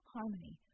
Harmony